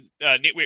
network